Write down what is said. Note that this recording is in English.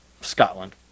Scotland